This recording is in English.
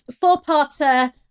four-parter